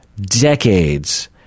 decades